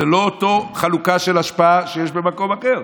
זו לא אותה חלוקה של אשפה שיש במקום אחר,